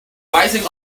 rising